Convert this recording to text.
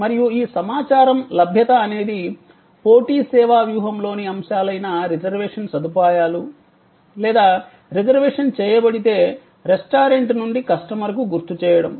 మరియు ఈ సమాచారం లభ్యత అనేది పోటీ సేవా వ్యూహంలోని అంశాలైన రిజర్వేషన్ సదుపాయాలు లేదా రిజర్వేషన్ చేయబడితే రెస్టారెంట్ నుండి కస్టమర్కు గుర్తు చేయడం